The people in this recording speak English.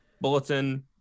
bulletin